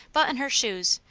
button her shoes,